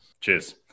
Cheers